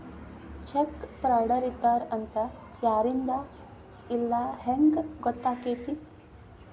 Check ಫ್ರಾಡರಿದ್ದಾರ ಅಂತ ಯಾರಿಂದಾ ಇಲ್ಲಾ ಹೆಂಗ್ ಗೊತ್ತಕ್ಕೇತಿ?